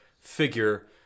figure